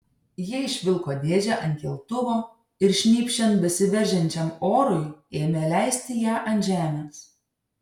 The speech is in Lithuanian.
jie išvilko dėžę ant keltuvo ir šnypščiant besiveržiančiam orui ėmė leisti ją ant žemės